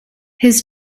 his